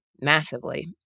massively